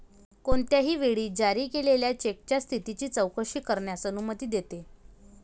कोणत्याही वेळी जारी केलेल्या चेकच्या स्थितीची चौकशी करण्यास अनुमती देते